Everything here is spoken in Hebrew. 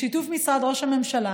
בשיתוף משרד ראש הממשלה,